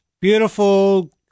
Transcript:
Beautiful